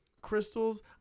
crystals